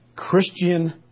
Christian